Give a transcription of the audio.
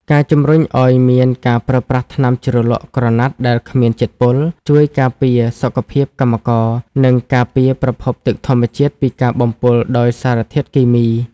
ការជំរុញឱ្យមានការប្រើប្រាស់ថ្នាំជ្រលក់ក្រណាត់ដែលគ្មានជាតិពុល ជួយការពារសុខភាពកម្មករ និងការពារប្រភពទឹកធម្មជាតិពីការបំពុលដោយសារធាតុគីមី។